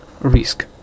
risk